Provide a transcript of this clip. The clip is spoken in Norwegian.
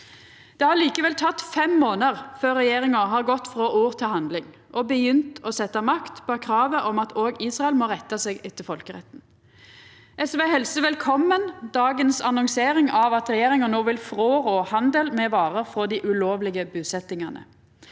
Det har likevel teke fem månader før regjeringa har gått frå ord til handling og begynt å setje makt bak kravet om at òg Israel må retta seg etter folkeretten. SV helsar velkomen dagens annonsering av at regjeringa no vil frårå handel med varer frå dei ulovlege busetjingane.